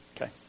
Okay